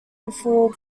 before